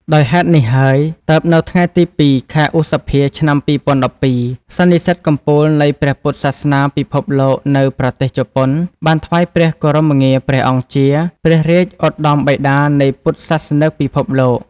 ដោយហេតុនេះហើយ ទើបនៅថ្ងៃទី០២ ខែឧសភា ឆ្នាំ២០១២ សន្និសីទកំពូលនៃព្រះពុទ្ធសាសនាពិភពលោកនៅប្រទេសជប៉ុន បានថ្វាយព្រះគោរមងារព្រះអង្គជា «ព្រះរាជឧត្ដមបិតានៃពុទ្ធសាសនិកពិភពលោក»។